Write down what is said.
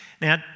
Now